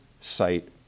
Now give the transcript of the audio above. site